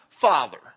father